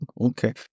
Okay